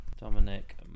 Dominic